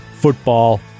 Football